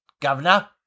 governor